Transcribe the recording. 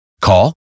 Call